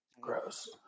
gross